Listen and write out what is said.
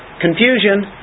Confusion